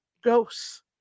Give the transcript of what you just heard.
ghosts